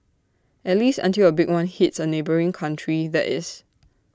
at least until A big one hits A neighbouring country that is